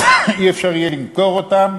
לא יהיה אפשר יהיה למכור אותם,